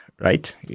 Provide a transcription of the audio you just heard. right